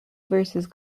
versus